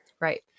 Right